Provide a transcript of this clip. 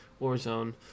Warzone